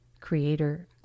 creator